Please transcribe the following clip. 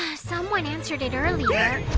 someone answered it earlier